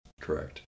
Correct